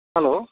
hello